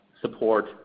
support